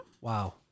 Wow